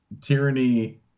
tyranny